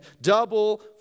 double